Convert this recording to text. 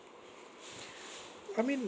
I mean